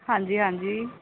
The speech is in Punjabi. ਹਾਂਜੀ ਹਾਂਜੀ